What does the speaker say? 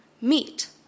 meet